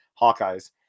Hawkeyes